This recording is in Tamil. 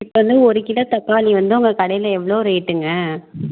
இப்போ வந்து ஒரு கிலோ தக்காளி வந்து உங்கள் கடையில் எவ்வளோ ரேட்டுங்க